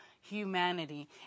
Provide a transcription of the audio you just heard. humanity